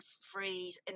free